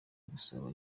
gusaba